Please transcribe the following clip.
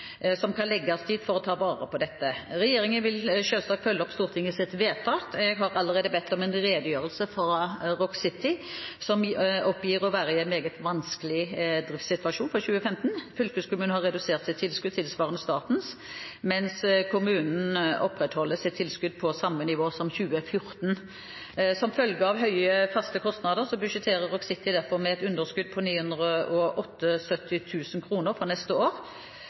som kan legges dit for å ta vare på dette. Regjeringen vil selvsagt følge opp Stortingets vedtak. Jeg har allerede bedt om en redegjørelse fra Rock City, som oppgir å være i en meget vanskelig driftssituasjon for 2015. Fylkeskommunen har redusert sitt tilskudd tilsvarende statens, mens kommunen opprettholder sitt tilskudd på samme nivå som i 2014. Som følge av høye faste kostnader budsjetterer Rock City derfor med et underskudd på 978 000 kr for neste år. På denne bakgrunn har styret sagt opp samtlige ansatte fra